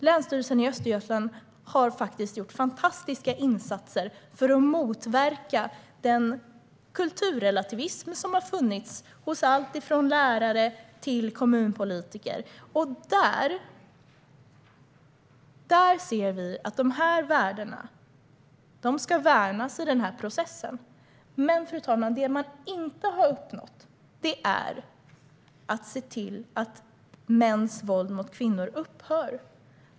Länsstyrelsen i Östergötland har gjort fantastiska insatser för att motverka den kulturrelativism som har funnits hos alltifrån lärare till kommunpolitiker. Där ser vi att dessa värden ska värnas i denna process. Men, fru talman, det man inte har uppnått är att se till att mäns våld mot kvinnor upphör.